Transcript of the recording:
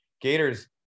Gators